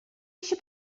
eisiau